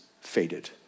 faded